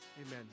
amen